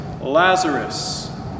Lazarus